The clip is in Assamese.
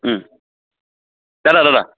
দাদা দাদা